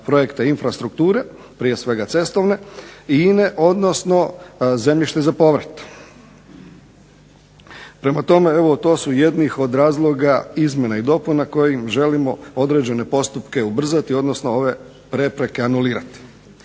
projekte infrastrukture, prije svega cestovne i ine, odnosno zemljište za povrat. Prema tome, evo to su jedni od razloga izmjena i dopuna kojim želimo određene postupke ubrzati, odnosno ove prepreke anulirati.